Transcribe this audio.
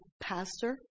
pastor